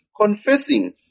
confessing